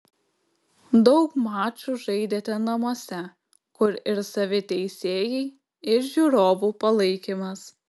daug mačų žaidėte namuose kur ir savi teisėjai ir žiūrovų palaikymas